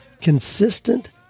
consistent